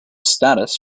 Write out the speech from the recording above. status